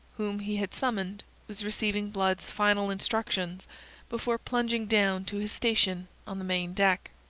whom he had summoned, was receiving blood's final instructions before plunging down to his station on the main deck.